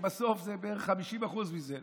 בסוף זה בערך 50% מזה,